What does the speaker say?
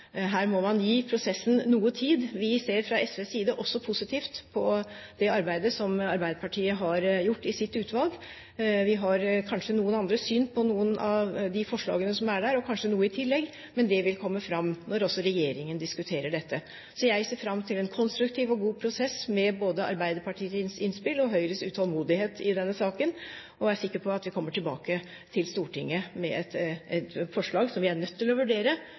Her må man gi prosessen noe tid. Men vi ser fra SVs side også positivt på det arbeidet som Arbeiderpartiet har gjort i sitt utvalg. Vi har kanskje noe annet syn på noen av de forslagene som er der – og kanskje noen synspunkter i tillegg. Men det vil komme fram når også regjeringen diskuterer dette. Så jeg ser fram til en konstruktiv og god prosess, med både Arbeiderpartiets innspill og Høyres utålmodighet, i denne saken. Jeg er sikker på at vi kommer tilbake til Stortinget med et forslag – som vi er nødt til å vurdere,